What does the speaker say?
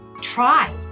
try